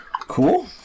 Cool